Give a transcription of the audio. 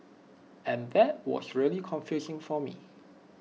and that was really confusing for me